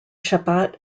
shabbat